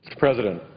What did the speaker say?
president,